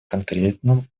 конкретном